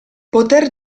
poter